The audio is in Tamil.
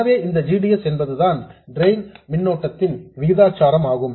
எனவே இந்த g d s என்பதுதான் டிரெயின் மின்னோட்டத்தின் விகிதாச்சாரம் ஆகும்